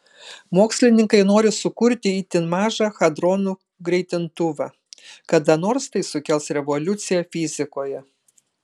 mokslininkai nori sukurti itin mažą hadronų greitintuvą kada nors tai sukels revoliuciją fizikoje